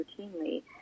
routinely